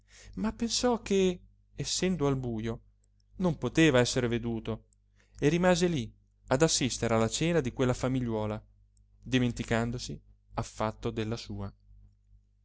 ma pensò che essendo al bujo non poteva esser veduto e rimase lí ad assistere alla cena di quella famigliuola dimenticandosi affatto della sua